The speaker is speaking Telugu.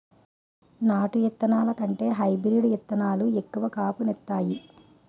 నాటు ఇత్తనాల కంటే హైబ్రీడ్ ఇత్తనాలు ఎక్కువ కాపు ఇత్తాయి